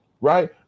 right